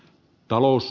talous